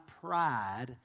pride